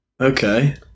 Okay